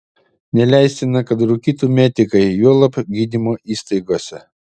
neleistina kad rūkytų medikai juolab gydymo įstaigose